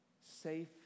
safe